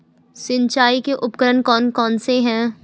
सिंचाई के उपकरण कौन कौन से हैं?